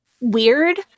weird